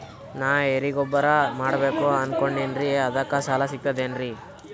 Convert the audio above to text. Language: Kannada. ನಾ ಎರಿಗೊಬ್ಬರ ಮಾಡಬೇಕು ಅನಕೊಂಡಿನ್ರಿ ಅದಕ ಸಾಲಾ ಸಿಗ್ತದೇನ್ರಿ?